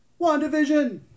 WandaVision